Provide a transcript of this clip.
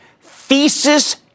thesis